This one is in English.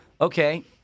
Okay